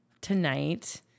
tonight